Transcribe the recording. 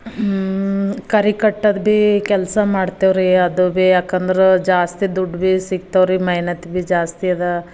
ಕರಿ ಕಟ್ಟೋದು ಭೀ ಕೆಲಸ ಮಾಡ್ತೇವ್ರಿ ಅದು ಭೀ ಯಾಕೆಂದ್ರೆ ಜಾಸ್ತಿ ದುಡ್ಡು ಭೀ ಸಿಗ್ತವೆ ರೀ ಮೆಹೆನತ್ ಭೀ ಜಾಸ್ತಿ ಅದ